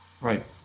Right